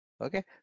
okay